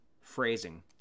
phrasing